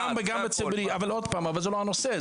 גם וגם בציבורי, אבל עוד פעם, זה לא הנושא.